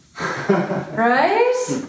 right